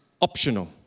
optional